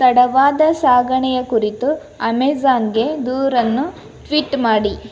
ತಡವಾದ ಸಾಗಣೆಯ ಕುರಿತು ಅಮೇಝಾನ್ಗೆ ದೂರನ್ನು ಟ್ವೀಟ್ ಮಾಡಿ